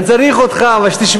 אני צריך שתשמע,